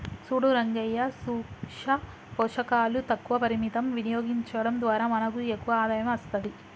సూడు రంగయ్యా సూక్ష పోషకాలు తక్కువ పరిమితం వినియోగించడం ద్వారా మనకు ఎక్కువ ఆదాయం అస్తది